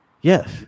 Yes